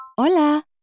Hola